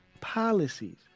policies